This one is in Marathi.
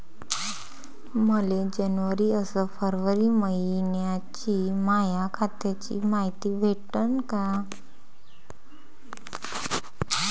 मले जनवरी अस फरवरी मइन्याची माया खात्याची मायती भेटन का?